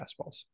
fastballs